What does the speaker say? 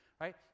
right